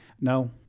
no